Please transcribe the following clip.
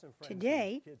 Today